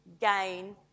gain